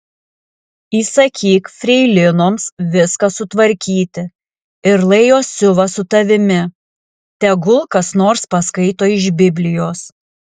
įsakyk freilinoms viską sutvarkyti ir lai jos siuva su tavimi tegul kas nors paskaito iš biblijos